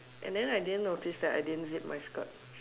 and then I didn't notice that I didn't zip my skirt